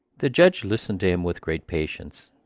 the judge listened to him with great patience.